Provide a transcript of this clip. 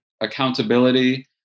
accountability